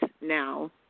now